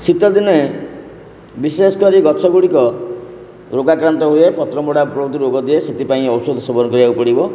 ଶୀତ ଦିନେ ବିଶେଷ କରି ଗଛ ଗୁଡ଼ିକ ରୋଗାକ୍ରାନ୍ତ ହୁଏ ପତ୍ର ମୋଡ଼ା ପ୍ରଭୃତି ରୋଗ ଦିଏ ସେଥିପାଇଁ ଔଷଧ ସେବନ କରିବାକୁ ପଡ଼ିବ